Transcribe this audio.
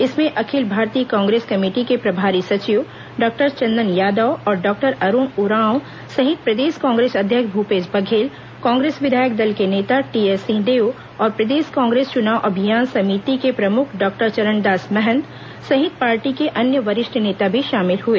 इसमें अखिल भारतीय कांग्रेस कमेटी के प्रभारी सचिव डॉक्टर चंदन यादव और डॉक्टर अरूण उरांव सहित प्रदेश कांग्रेस अध्यक्ष भूपेश बघेल कांग्रेस विधायक दल के नेता टीएस सिंहदेव और प्रदेश कांग्रेस चुनाव अभियान समिति के प्रमुख डॉक्टर चरणदास महंत सहित पार्टी के अन्य वरिष्ठ नेता भी शामिल हुए